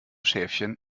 schäfchen